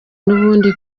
nubundi